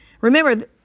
Remember